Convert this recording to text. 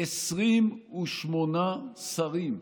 28 שרים,